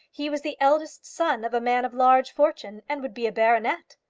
he was the eldest son of a man of large fortune, and would be a baronet!